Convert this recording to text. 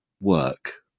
work